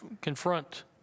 confront